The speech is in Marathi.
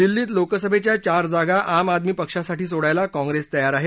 दिल्लीत लोकसभेच्या चार जागा आम आदमी पक्षासाठी सोडायला काँग्रेस तयार आहे